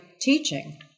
teaching